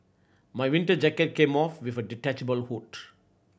my winter jacket came off with a detachable hood